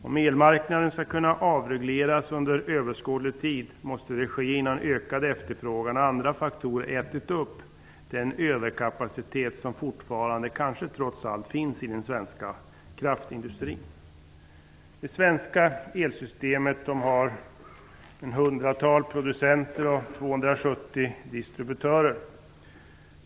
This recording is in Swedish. Om elmarknaden skall kunna avregleras under överskådlig tid måste det ske innan en ökad efterfrågan och andra faktorer har ''ätit upp'' den överkapacitet som fortfarande kanske trots allt finns i den svenska kraftindustrin. Det svenska elsystemet har ett hundratal producenter och 270 distributörer.